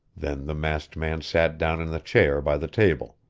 then the masked man sat down in the chair by the table.